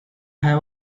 have